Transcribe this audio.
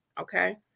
Okay